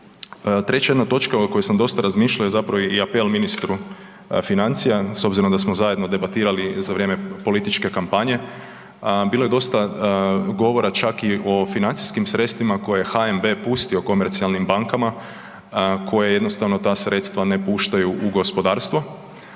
Treća jedna točka o kojoj sam dosta razmišljao je i i apel ministru financija s obzirom da smo zajedno debatirali za vrijeme političke kampanje, bilo je dosta govora čak i o financijskim sredstvima koje je HNB pustio komercijalnim bankama, koje je jednostavno ta sredstva ne puštaju u gospodarstvo.